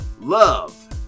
love